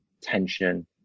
tension